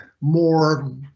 more